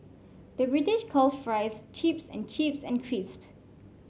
the British calls fries chips and chips and crisps